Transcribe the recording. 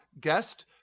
guest